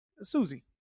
Susie